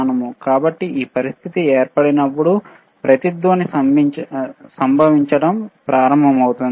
కాబట్టి ఈ పరిస్థితి ఏర్పడినప్పుడు రెజోనెOట్ సంభవిచడం ప్రారంభమవుతుంది